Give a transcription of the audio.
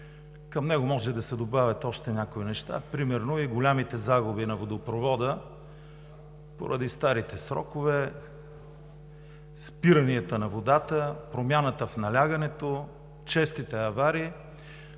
Към него може да се добавят още някои неща – примерно и големите загуби на водопровода поради старите тръби, спиранията на водата, промяната в налягането, честите аварии.